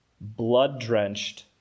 blood-drenched